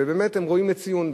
ובאמת הן ראויות לציון.